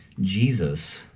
Jesus